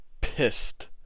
pissed